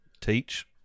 Teach